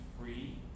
free